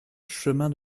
chemin